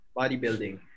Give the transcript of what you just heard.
bodybuilding